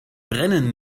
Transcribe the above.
brennen